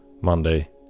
Monday